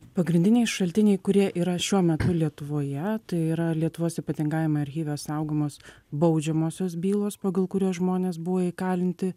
pagrindiniai šaltiniai kurie yra šiuo metu lietuvoje tai yra lietuvos ypatingajame archyve saugomos baudžiamosios bylos pagal kurias žmonės buvo įkalinti